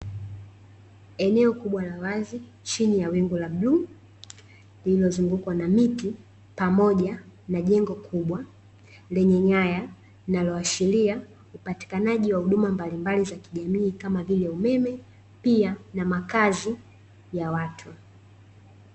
Eneo kubwa la wazi chini ya wingu la bluu lililozungukwa na miti pamoja na jengo kubwa lenye nyaya linaloashiria upatikanaji wa huduma mbaimbali za kijamii kamavile umeme, pia na makazi ya watu.